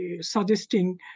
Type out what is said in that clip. suggesting